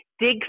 Dig